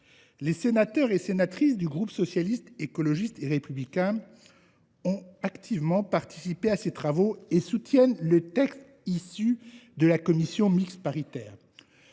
Les sénateurs et sénatrices du groupe Socialiste, Écologiste et Républicain ont activement participé à ces travaux et soutiennent le texte issu de la commission mixte paritaire.